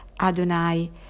Adonai